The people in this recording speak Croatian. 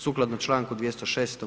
Sukladno Članku 206.